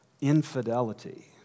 infidelity